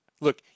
Look